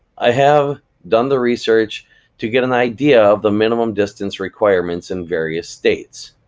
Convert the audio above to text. i have done the research to get an idea of the minimum distance requirements in various states.